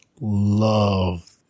love